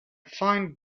fine